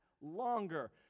longer